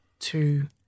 Two